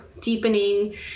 deepening